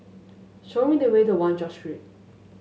show me the way to One George Street